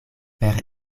per